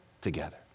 together